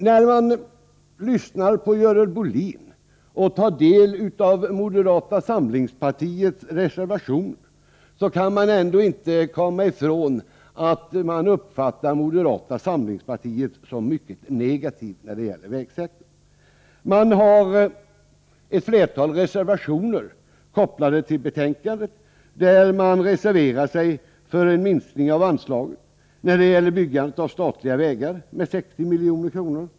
När man lyssnar på Görel Bohlin och tar del av moderata samlingspartiets reservationer, kan man inte låta bli att uppfatta moderata samlingspartiet som mycket negativt när det gäller vägsektorn. Dess företrädare reserverar sig för en minskning av anslaget till byggande av statliga vägar med 60 milj.kr.